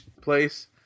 place